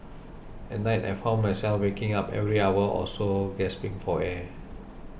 at night I found myself waking up every hour or so gasping for air